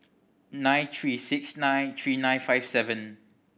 nine three six nine three nine five seven